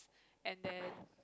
and then